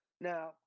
Now